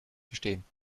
verstehen